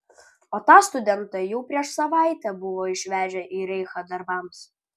o tą studentą jau prieš savaitę buvo išvežę į reichą darbams